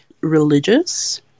religious